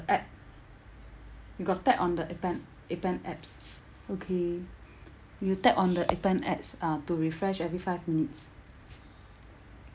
app you got tap on the appen appen apps okay you tap on the appen apps uh to refresh every five minutes